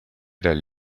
dal